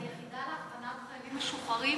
היחידה להכוונת חיילים משוחררים